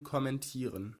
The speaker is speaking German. kommentieren